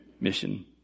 mission